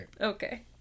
Okay